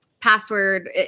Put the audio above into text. password